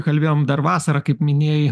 kalbėjom dar vasarą kaip minėjai